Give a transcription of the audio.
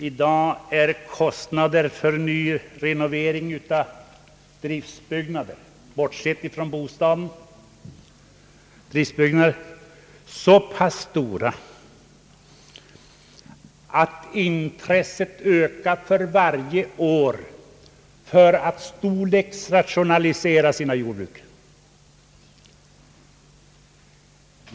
I dag är kostnaderna för nyrenovering av driftsbyggnader — bortsett från bostadsbyggnader — så pass stora att intresset för varje år ökar att storleksrationalisera jordbruken.